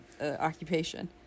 occupation